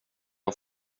har